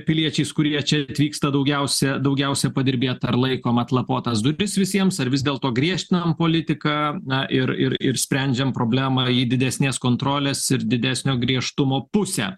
piliečiais kurie čia atvyksta daugiausia daugiausia padirbėti ar laikom atlapotas duris visiems ar vis dėlto griežtinam politiką na ir ir ir sprendžiam problemą į didesnės kontrolės ir didesnio griežtumo pusę